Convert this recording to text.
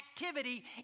activity